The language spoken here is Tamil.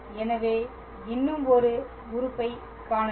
எனவே இன்னும் ஒரு உறுப்பைக் காணவில்லை